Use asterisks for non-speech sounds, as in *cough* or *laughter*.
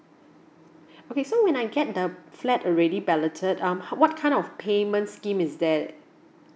*breath* okay so when I get the flat already balloted um ho~ what kind of payment scheme is there